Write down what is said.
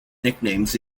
nicknames